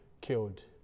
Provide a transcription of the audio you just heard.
killed